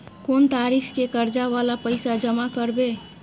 कोन तारीख के कर्जा वाला पैसा जमा करबे?